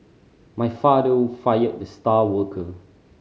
my father fired the star worker